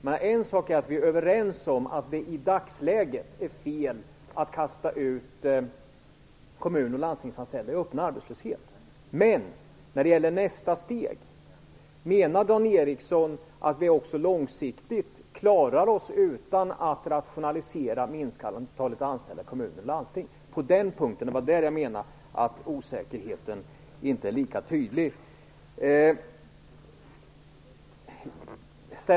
Det är en sak att vi är överens om att det i dagsläget är fel att kasta ut kommun och landstingsanställda i öppen arbetslöshet. Men menar Dan Ericsson att vi också långsiktigt klarar oss utan att rationalisera och minska antalet anställda kommuner och landsting? Det var på den punkten som jag menade att han inte var lika tydlig.